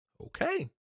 Okay